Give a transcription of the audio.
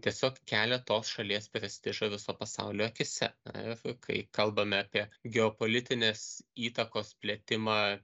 tiesiog kelia tos šalies prestižą viso pasaulio akyse na ir kai kalbame apie geopolitinės įtakos plėtimą